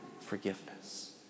forgiveness